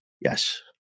Yes